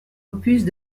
opus